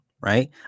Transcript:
Right